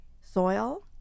soil